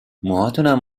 موهاتونم